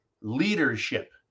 leadership